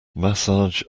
massage